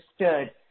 understood